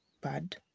bad